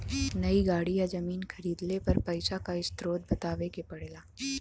नई गाड़ी या जमीन खरीदले पर पइसा क स्रोत बतावे क पड़ेला